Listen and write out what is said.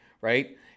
right